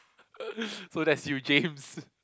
so that's you James